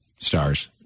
stars